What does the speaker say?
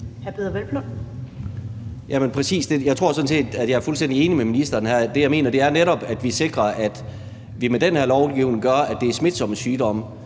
jeg er fuldstændig enig med ministeren her. Det, jeg mener, er netop, at vi sikrer, at vi med den her lovgivning gør, at det er smitsomme sygdomme,